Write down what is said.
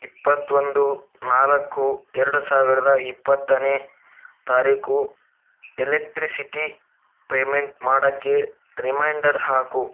ಇಪ್ಪತ್ತೊಂದು ನಾಲ್ಕು ಎರಡು ಸಾವಿರದ ಇಪ್ಪತ್ತನೇ ತಾರೀಕು ಎಲೆಕ್ಟ್ರಿಸಿಟಿ ಪೇಮೆಂಟ್ ಮಾಡೋಕ್ಕೆ ರಿಮೈಂಡರ್ ಹಾಕು